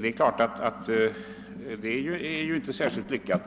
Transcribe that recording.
Detta är ju inte någon lyckad